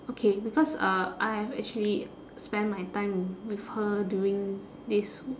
okay because uh I have actually spent my time with her during this